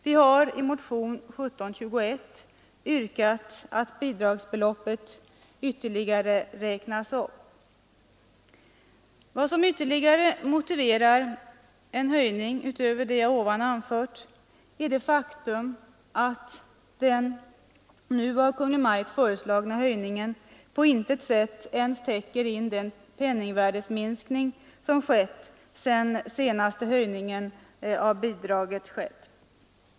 Vi har i motionen 1721 yrkat att bidragsbeloppet ytterligare skall räknas upp. Vad som vidare motiverar en höjning, utöver det jag här anfört, är det faktum att den nu av Kungl. Maj:t föreslagna höjningen på intet sätt ens täcker in den penningvärdeminskning som skett sedan den senaste höjningen av bidraget.